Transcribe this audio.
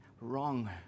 wrong